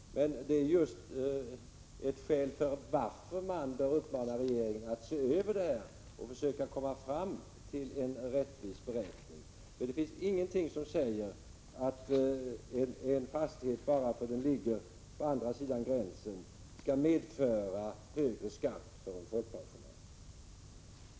Men det är just ett skäl till att man bör uppmana regeringen att se över denna fråga och försöka komma fram till en rättvis beräkning. Det finns ingenting som säger att en fastighet bara för att den ligger på andra sidan gränsen skall medföra högre skatt för en folkpensionär.